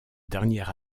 dernière